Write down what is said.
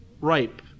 ripe